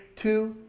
two,